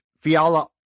Fiala